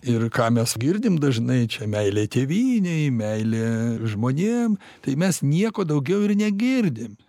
ir ką mes girdim dažnai čia meilė tėvynei meilė žmonėm tai mes nieko daugiau ir negirdim